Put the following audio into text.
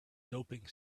doping